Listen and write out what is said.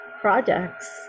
projects